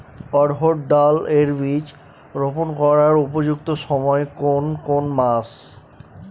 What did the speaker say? অড়হড় ডাল এর বীজ রোপন করার উপযুক্ত সময় কোন কোন মাস?